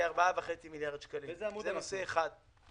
כ-4.5 מיליארד שקלים זה נושא אחד.